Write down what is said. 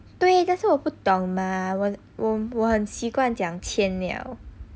对但是我不懂吗我很我很习惯讲千了